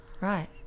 right